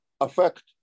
affect